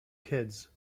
kids